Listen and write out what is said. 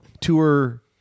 tour